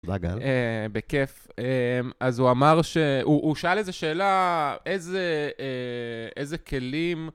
... בכיף. אז הוא אמר, הוא שאל איזה שאלה, איזה כלים...